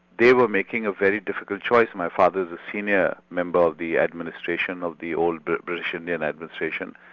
they were making a very difficult choice. and my father was a senior member of the administration of the old but british indian administration,